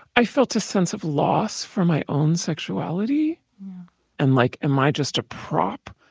i felt a sense of loss for my own sexuality and like, am i just a prop?